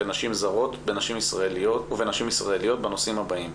בנשים זרות ובנשים ישראליות בנושאים הבאים: